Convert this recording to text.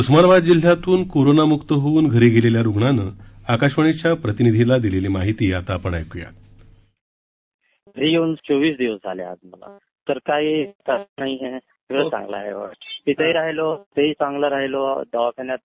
उस्मानाबाद जिल्ह्यातून कोरोनामुक्त होऊन घरी गेलेल्या रुग्णाने आकाशवाणीच्या प्रतिनिधीला दिलेली माहिती आता आपण ऐकूयात